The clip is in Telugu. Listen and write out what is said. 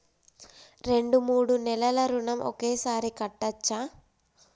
రెండు మూడు నెలల ఋణం ఒకేసారి కట్టచ్చా?